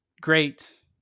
great